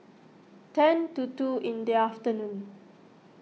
ten to two in the afternoon